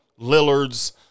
Lillard's